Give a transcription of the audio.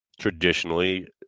traditionally